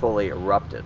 fully erupted.